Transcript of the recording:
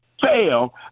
fail